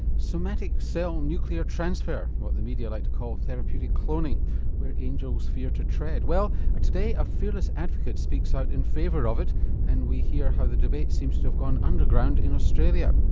somatic cell nuclear transfer, what the media like to call therapeutic cloning where angels fear to tread. well today a fearless advocate speaks out in favour of it and we hear how the debate seems to have gone underground in australia.